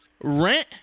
rent